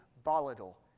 volatile